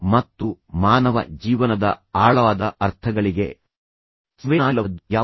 ಮತ್ತು ಮಾನವ ಜೀವನದ ಆಳವಾದ ಅರ್ಥಗಳಿಗೆ ಸಂವೇದನಾಶೀಲವಾದದ್ದು ಯಾವುದು